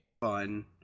Fun